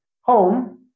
home